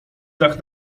dach